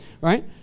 right